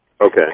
Okay